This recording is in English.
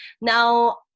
Now